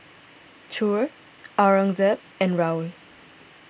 Choor Aurangzeb and Rahul